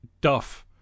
duff